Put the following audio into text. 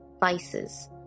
vices